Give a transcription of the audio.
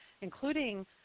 including